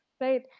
right